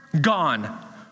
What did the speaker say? Gone